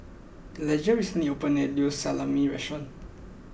Elijah recently opened a new Salami restaurant